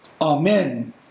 amen